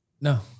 No